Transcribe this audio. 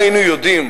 אם היינו יודעים,